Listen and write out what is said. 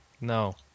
No